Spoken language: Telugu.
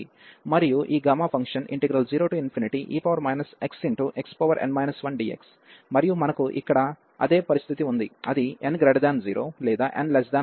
మరియు ఈ gamma function 0e xxn 1dx మరియు మనకు ఇక్కడ అదే పరిస్థితి ఉంది అది n 0 లేదా n≤0 ఉన్నప్పుడు డైవర్జెన్స్ అవుతుంది